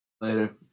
Later